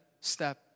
step